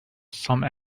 some